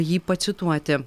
jį pacituoti